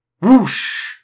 whoosh